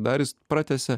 dar is pratęsia